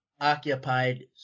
occupied